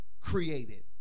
created